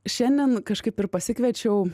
šiandien kažkaip ir pasikviečiau